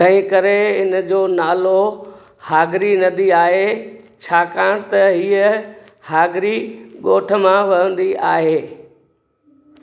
तंहिं करे इनजो नालो हागरी नंदी आहे छाकाणि त हीअं हागरी ॻोठु मां वहंदी आहे